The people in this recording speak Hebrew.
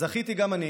זכיתי גם אני